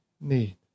need